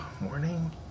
Morning